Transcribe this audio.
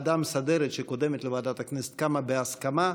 המסדרת, שקודמת לוועדת הכנסת, קמה בהסכמה.